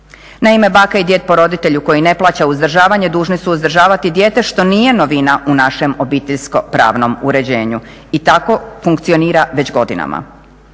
Naime baka i djed po roditelju koji ne plaća uzdržavanje dužni su uzdržavati dijete što nije novina u našem obiteljsko-pravnom uređenju i tako funkcionira već godinama.